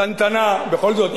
בכל זאת,